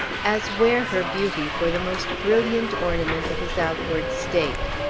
as wear her beauty for the most brilliant ornament of his outward state.